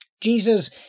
Jesus